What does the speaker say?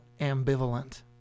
ambivalent